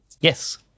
Yes